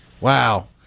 Wow